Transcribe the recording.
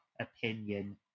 opinion